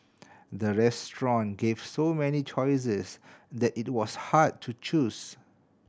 the restaurant gave so many choices that it was hard to choose